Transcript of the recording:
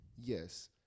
yes